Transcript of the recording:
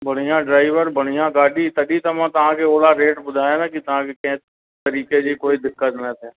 बढियां ड्राइवर बढियां गाॾी तॾहिं त मां तव्हांखे ओहिड़ा रेट ॿुधायां न की तव्हांखे कंहिं तरीक़े जी कोई दिक़त न थिए